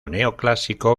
neoclásico